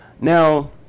Now